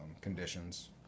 conditions